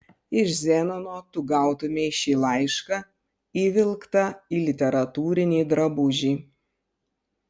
iš zenono tu gautumei šį laišką įvilktą į literatūrinį drabužį